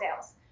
sales